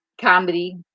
comedy